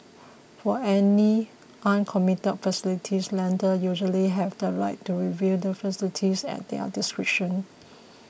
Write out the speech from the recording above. for any uncommitted facilities lenders usually have the right to review the facilities at their discretion